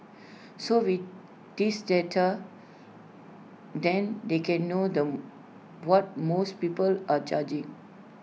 so with this data then they can know them what most people are charging